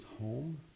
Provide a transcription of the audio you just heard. home